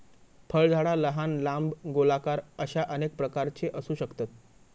फळझाडा लहान, लांब, गोलाकार अश्या अनेक प्रकारची असू शकतत